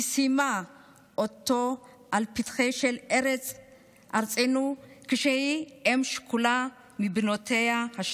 היא סיימה אותו בפתח של ארצנו כשהיא אם שכולה משתי בנותיה.